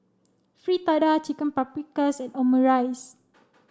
Fritada Chicken Paprikas and Omurice